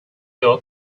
your